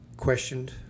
questioned